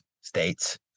states